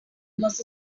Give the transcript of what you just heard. was